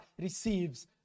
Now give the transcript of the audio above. receives